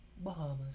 Bahamas